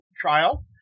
trial